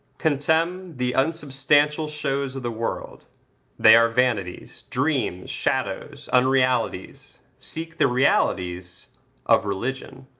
contemn the unsubstantial shows of the world they are vanities, dreams, shadows, unrealities seek the realities of religion.